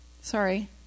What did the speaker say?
Sorry